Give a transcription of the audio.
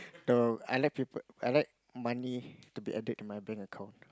the I like people I like money to be added to my bank account